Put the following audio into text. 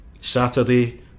Saturday